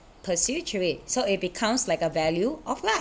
pursue to it so it becomes like a value of life